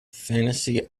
fantasy